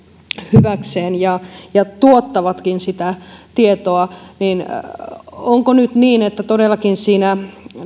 hyväkseen ja ja tuottavatkin sitä tietoa niin onko nyt niin että todellakin siinä